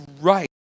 right